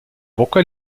pourquoi